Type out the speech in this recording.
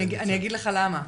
אני אגיד לך למה.